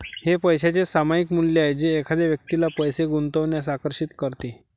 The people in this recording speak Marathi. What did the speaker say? हे पैशाचे सामायिक मूल्य आहे जे एखाद्या व्यक्तीला पैसे गुंतवण्यास आकर्षित करते